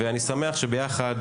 ואני שמח שביחד,